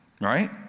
Right